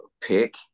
pick